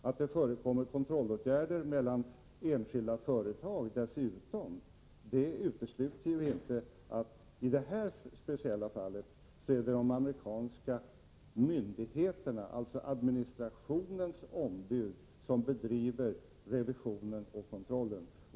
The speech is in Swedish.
Att det dessutom förekommer kontrollåtgärder mellan enskilda företag utesluter ju inte att i det här speciella fallet är det de amerikanska myndigheterna, alltså administrationens ombud, som bedriver revision och kontroll.